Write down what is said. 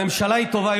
הממשלה היא טובה.